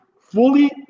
fully